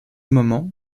moment